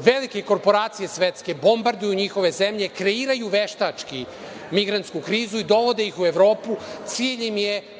Velike korporacije svetske bombarduju njihove zemlje, kreiraju veštački migrantsku krizu i dovode ih u Evropu, cilj im je